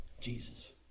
Jesus